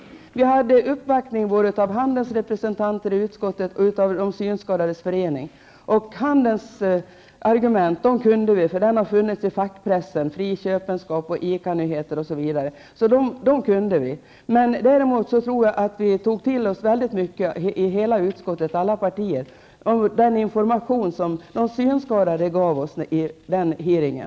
Utskottet har uppvaktats av representanter för handeln och för Synskadades förening. Handelns argument var välbekanta, för de har förekommit i fackpressen -- t.ex. i tidskrifterna Fri Köpenskap och ICA-nyheter och debatt. De argumenten var redan då kända för oss. Däremot tror jag att vi i utskottet, och det gäller alla partier, tog till oss den information som vi vid den aktuella hearingen fick från de synskadade.